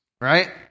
Right